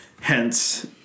Hence